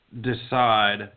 decide